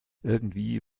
irgendwie